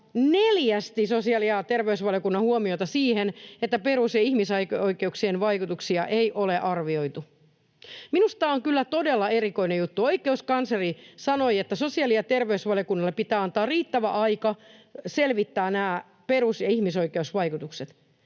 neljästi sosiaali- ja terveysvaliokunnan huomiota siihen, että perus- ja ihmisoikeuksien vaikutuksia ei ole arvioitu. Minusta tämä on kyllä todella erikoinen juttu. Oikeuskansleri sanoi, että sosiaali- ja terveysvaliokunnalle pitää antaa riittävä aika selvittää nämä perus- ja ihmisoikeusvaikutukset.